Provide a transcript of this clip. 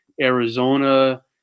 Arizona